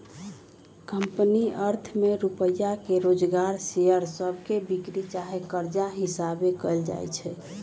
company अर्थ में रुपइया के जोगार शेयर सभके बिक्री चाहे कर्जा हिशाबे कएल जाइ छइ